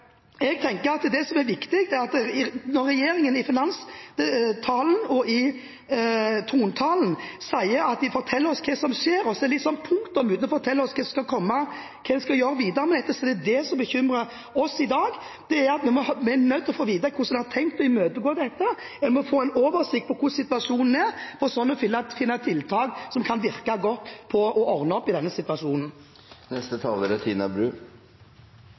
Jeg er også redd for at ungdommen igjen skal vende seg vekk fra næringen og velge andre utdanningsområder, slik at vi ved neste korsvei vil kunne få problemer med rekrutteringen og med å få tilbake kompetansen. Når regjeringen i finanstalen og i trontalen sier at de forteller oss hva som skjer, og så setter de liksom punktum uten å fortelle oss hva som skal komme, og hva en skal gjøre videre med dette, er det det som bekymrer oss i dag: at vi er nødt til å få vite hvordan en har tenkt å imøtegå dette. En må få en oversikt over hvordan situasjonen er, og så må en finne tiltak som kan virke godt